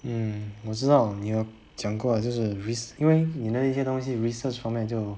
mm 我知道你有讲过就是 rese~ 因为你那些东西 research 方面就